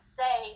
say